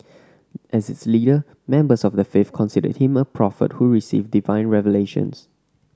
as its leader members of the faith considered him a prophet who received divine revelations